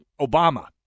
Obama